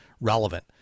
relevant